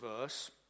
verse